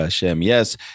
Yes